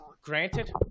granted